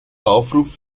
aufruf